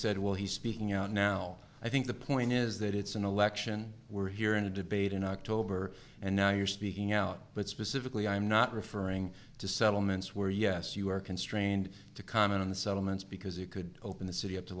said well he's speaking out now i think the point is that it's an election we're here in a debate in october and now you're speaking out but specifically i'm not referring to settlements where yes you were constrained to comment on the settlements because it could open the city up to